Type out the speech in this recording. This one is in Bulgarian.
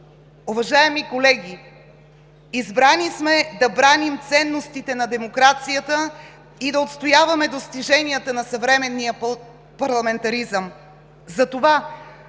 Уважаеми колеги, избрани сме да браним ценностите на демокрацията и да отстояваме достиженията на съвременния парламентаризъм.